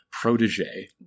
protege